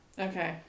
Okay